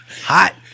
Hot